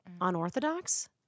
unorthodox